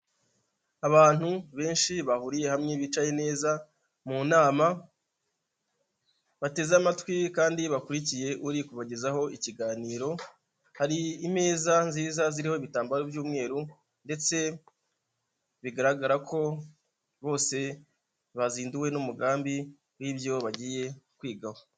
Abantu benshi bahuriye hamwe bicaye neza mu nama, bateze amatwi kandi bakurikiye uri kubagezaho ikiganiro, hari imeza nziza ziriho ibitambaro by'umweru ndetse bigaragara ko bose bazinduwe n'umugambi w'ibyo bagiye kwigaho.